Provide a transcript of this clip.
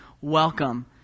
welcome